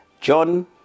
John